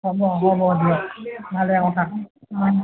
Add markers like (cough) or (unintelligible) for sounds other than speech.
হ'ব হ'ব দিয়ক ভালে (unintelligible)